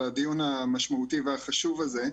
על הדיון המשמעותי והחשוב הזה.